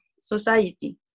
society